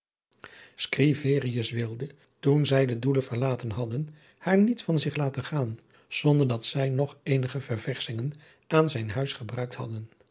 wilde toen zij den doelen verlaten hadden haar niet van zich laten gaan zonder dat zij nog eenige ververschingen aan zijn huis gebruikt hadden